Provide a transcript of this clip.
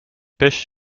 pêches